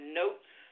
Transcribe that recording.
notes